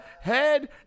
head